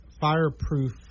fireproof